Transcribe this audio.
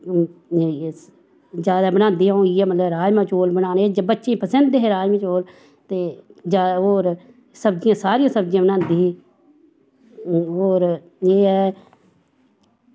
ए जादै बनांदी अऊं इयै मतलव राजमा चौल बनाने बच्चें पसिंद हे राजमा चौल ते होर सब्जियां सारियां सब्जियां बनांदी ही होर एह् ऐ